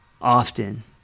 often